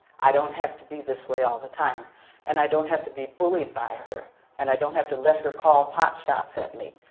i don't have to be this way all the time and i don't have to be bullied by here and i don't have to let her call pot shots at me.